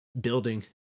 building